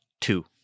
two